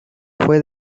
fue